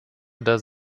does